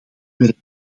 werk